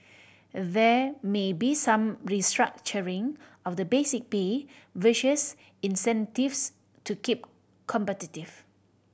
there may be some restructuring of the basic pay versus incentives to keep competitive